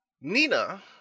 Nina